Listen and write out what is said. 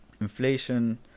Inflation